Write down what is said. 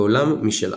בעולם משלה